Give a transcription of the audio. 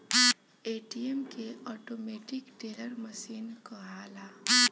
ATM के automatic teller machine कहाला